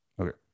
Okay